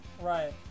Right